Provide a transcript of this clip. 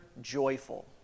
joyful